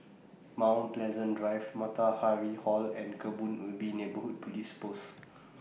Mount Pleasant Drive Matahari Hall and Kebun Ubi Neighbourhood Police Post